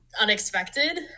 unexpected